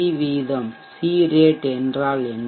C வீதம் என்றால் என்ன